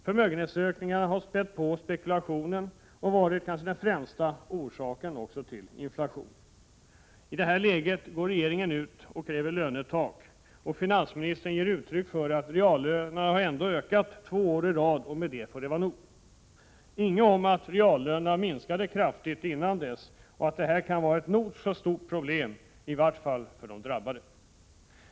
Förmögenhetsökningarna har spätt på spekulationen och varit kanske den främsta orsaken till inflationen. I detta läge går regeringen ut med krav på lönetak, och finansministern framhåller att reallönerna har ökat två år i rad och att det med det får vara nog. Inget om att reallönerna minskade kraftigt innan dess och att detta kan vara ett nog så stort problem, i vart fall för de drabbade.